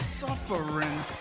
suffering